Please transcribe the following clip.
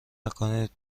نکنید